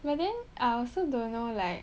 but then I also don't know like